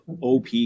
OP